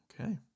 Okay